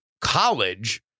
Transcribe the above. college